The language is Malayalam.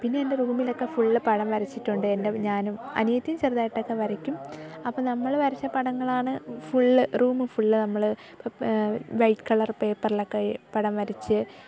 പിന്നെ എൻ്റെ റൂമിലൊക്കെ ഫുള്ള് പടം വരച്ചിട്ടുണ്ട് എൻ്റെ ഞാനും അനിയത്തിയും ചെറുതായിട്ടൊക്കെ വരയ്ക്കും അപ്പം നമ്മൾ വരച്ച പടങ്ങളാണ് ഫുള്ള് റൂമ് നമ്മൾ വൈറ്റ് കളർ പേപ്പറിലൊക്കെ പടം വരച്ച്